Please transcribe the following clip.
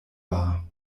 wahr